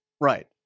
Right